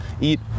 eat